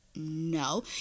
no